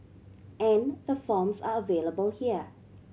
and the forms are available here